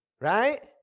right